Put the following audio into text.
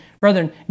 brethren